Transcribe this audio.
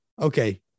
okay